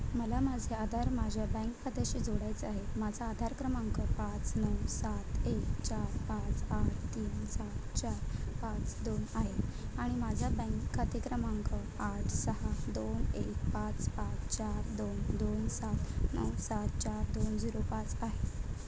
मला माझे आधार माझ्या बँक खात्याशी जोडायचं आहे माझा आधार क्रमांक पाच नऊ सात एक चार पाच आठ तीन सात चार पाच दोन आहे आणि माझा बँक खाते क्रमांक आठ सहा दोन एक पाच पाच चार दोन दोन सात नऊ सात चार दोन झिरो पाच आहे